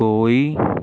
ਕੋਈ